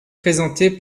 présentée